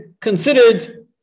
considered